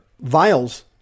vials